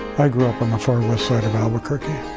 i grew up on the far west side of albuquerque.